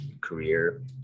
career